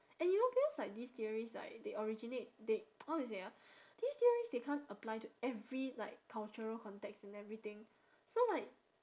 and you know because like these theories like they originate they how do you say ah these theories they can't apply to every like cultural context and everything so like